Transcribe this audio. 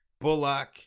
Bullock